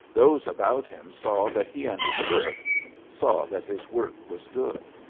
those about him saw that he understood saw that his work was good.